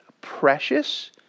precious